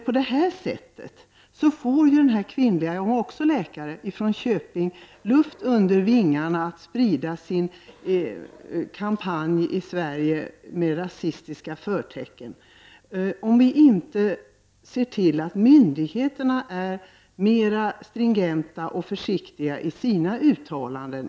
På det här sättet får kvinnan från Köping — hon var också läkare — luft under vingarna för att sprida sin kampanj i Sverige med rasistiska förtecken, om vi inte ser till att myndigheterna är mera stringenta och försiktiga i sina uttalanden.